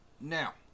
Now